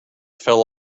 fell